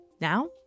Now